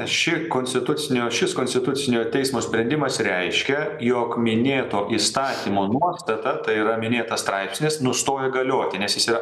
ši konstitucinio šis konstitucinio teismo sprendimas reiškia jog minėto įstatymo nuostata tai yra minėtas straipsnis nustoja galioti nes jis yra